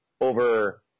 over